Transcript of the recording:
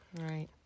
Right